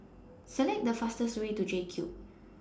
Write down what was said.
Select The fastest Way to JCube